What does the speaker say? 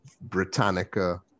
Britannica